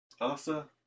Asa